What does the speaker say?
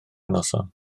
noson